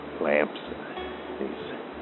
lamps